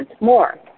more